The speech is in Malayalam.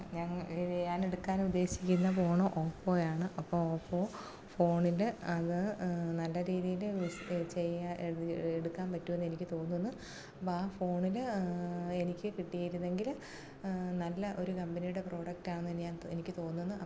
ഞങ് ഇത് ഞാനെടുക്കാൻ ഉദ്ദേശിക്കുന്ന ഫോൺ ഓപ്പോയാണ് അപ്പോൾ ഓപ്പോ ഫോണിൻ്റെ അത് നല്ലരീതിയില് വിസ് ചെയ്യാ എട് എടുക്കാ പറ്റുമെന്ന് എനിക്ക് തോന്നുന്ന് അപ്പൊ ആ ഫോണില് എനിക്ക് കിട്ടിയിരുന്നെങ്കില് നല്ല ഒരു കമ്പനിടെ പ്രോഡക്റ്റാന്ന് തന്നെയാന്ന് ത് എനിക്ക് തോന്ന്ന്ന്